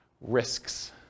Risks